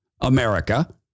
America